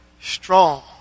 strong